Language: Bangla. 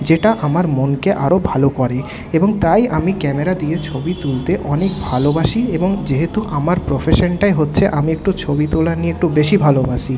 যেটা আমার মনকে আরো ভালো করে এবং তাই আমি ক্যামেরা দিয়ে ছবি তুলতে অনেক ভালোবাসি এবং যেহেতু আমার প্রফেশনটাই হচ্ছে আমি একটু ছবি তোলা নিয়ে একটু বেশি ভালোবাসি